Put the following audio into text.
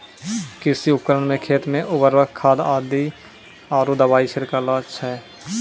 कृषि उपकरण सें खेत मे उर्वरक खाद आरु दवाई छिड़कावै छै